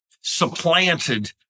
supplanted